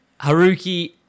haruki